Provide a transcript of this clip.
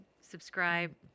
subscribe